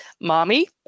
mommy